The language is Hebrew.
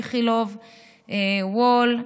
איכילוב וול,